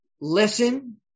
listen